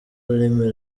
ururimi